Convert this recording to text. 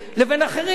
ויש אחרים.